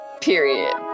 period